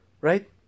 right